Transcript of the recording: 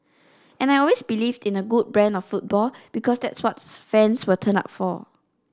and I always believed in a good brand of football because that's what fans will turn up for